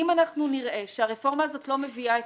אם אנחנו נראה שהרפורמה הזאת לא מביאה את